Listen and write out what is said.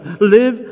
Live